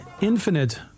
Infinite